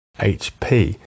HP